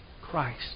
Christ